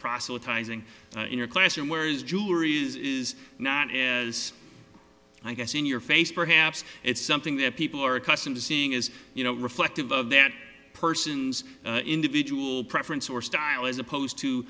proselytizing in your classroom whereas jewelry is not as i guess in your face perhaps it's something that people are accustomed to seeing is you know reflective of that person's individual preference or style as opposed to